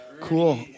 Cool